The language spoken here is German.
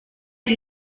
sie